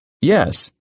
Yes